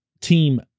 team